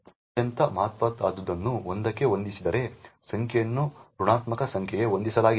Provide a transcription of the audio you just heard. ಅತ್ಯಂತ ಮಹತ್ವವಾದದ್ದನ್ನು 1 ಕ್ಕೆ ಹೊಂದಿಸಿದರೆ ಸಂಖ್ಯೆಯನ್ನು ಋಣಾತ್ಮಕ ಸಂಖ್ಯೆಗೆ ಹೊಂದಿಸಲಾಗಿದೆ